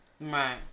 Right